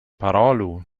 parolu